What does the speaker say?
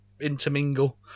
intermingle